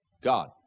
God